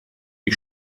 die